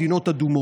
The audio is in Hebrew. מדינות אדומות.